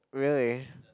really